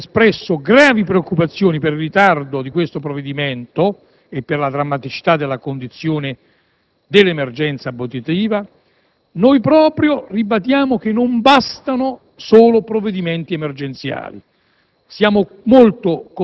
Proprio noi, che abbiamo espresso gravi preoccupazioni per il ritardo di questo provvedimento e per la drammaticità della condizione dell'emergenza abitativa, ribadiamo che non bastano solo provvedimenti emergenziali.